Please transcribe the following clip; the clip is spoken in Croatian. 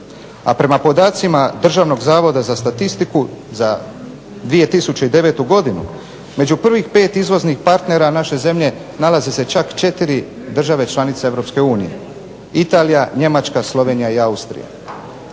a prema podacima Državnog zavoda za statistiku za 2009. godinu među prvih pet izvoznih partnera naše zemlje nalazi se čak četiri države članice Europske unije Italija, Njemačka, Slovenija i Austrija.